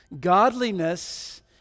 Godliness